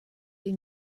des